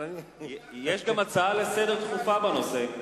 יש גם הצעה דחופה לסדר-היום בנושא.